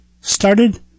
started